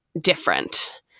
different